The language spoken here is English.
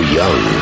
young